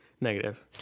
negative